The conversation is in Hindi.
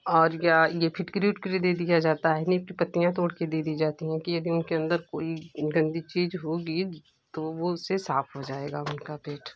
और या ये फिटकरी विटकरी दे दिया जाता है नीम की पत्तियाँ तोड़ के दे दी जाती हैं अन्दर कोई गंदी चीज होगी तो वो उससे साफ हो जाएगा उनका पेट